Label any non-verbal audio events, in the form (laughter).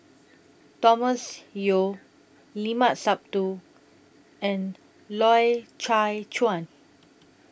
(noise) Thomas Yeo Limat Sabtu and Loy Chye Chuan